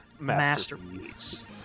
masterpiece